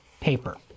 paper